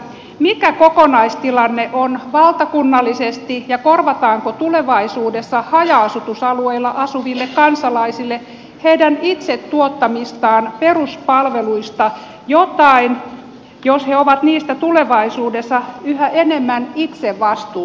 mikä kokonaistilanne on valtakunnallisesti ja korvataanko tulevaisuudessa haja asutusalueilla asuville kansalaisille heidän itse tuottamistaan peruspalveluista jotain jos he ovat niistä tulevaisuudessa yhä enemmän itse vastuussa